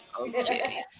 Okay